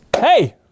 Hey